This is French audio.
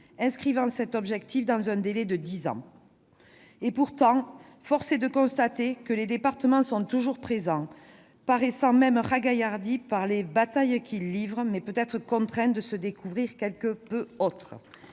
inscrivant cet objectif dans un délai de dix ans. Et pourtant, force est de constater que les départements sont toujours présents, paraissant même ragaillardis par les batailles qu'ils livrent, mais peut-être contraints de se découvrir quelque peu autres